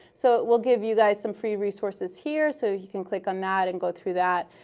so we'll give you guys some free resources here, so you can click on that and go through that.